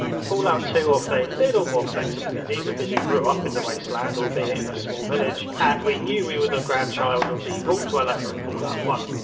fallout two offered a little more flexibility because we grew up in the wasteland, albeit in a small village, and we knew we were the grandchild of the vault dweller from fallout one.